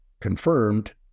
confirmed